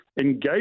engage